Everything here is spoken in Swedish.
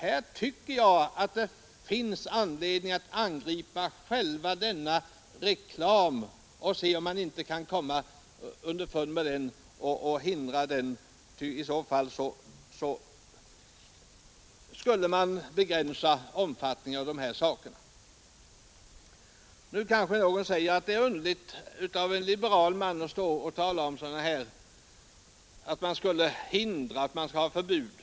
Jag tycker att det finns anledning att direkt angripa denna reklam och stoppa den för att försöka begränsa omfattningen av verksamheten. Nu kanske någon säger att det är underligt att en liberal man vill införa förbud.